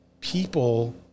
people